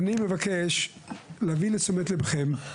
אני מבקש להביא לתשומת ליבכם.